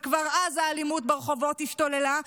וכבר אז האלימות ברחובות השתוללה,